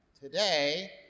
Today